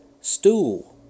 stool